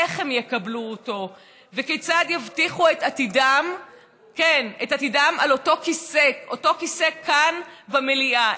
איך הם יקבלו אותו וכיצד יבטיחו את עתידם על אותו כיסא כאן במליאה.